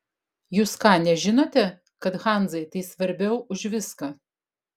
jūs ką nežinote kad hanzai tai svarbiau už viską